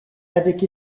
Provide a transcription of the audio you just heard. avec